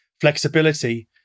flexibility